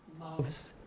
loves